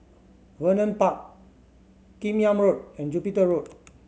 Vernon Park Kim Yam Road and Jupiter Road